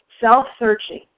self-searching